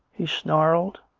he snarled.